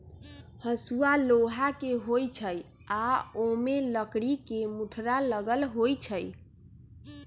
हसुआ लोहा के होई छई आ ओमे लकड़ी के मुठरा लगल होई छई